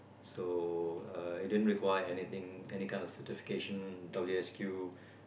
so uh it didn't require anything any kind of certification W_S_Q